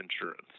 insurance